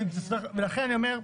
ולכן אני אומר,